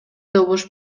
добуш